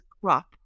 crop